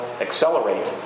accelerate